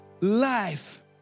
life